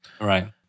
Right